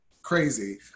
Crazy